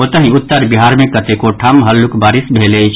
ओतहि उत्तर बिहार मे कतेको ठाम हल्लुक बारिश भेल अछि